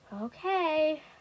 Okay